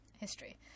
history